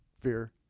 Fear